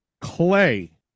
clay